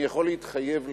אני יכול להתחייב לכם,